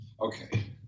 Okay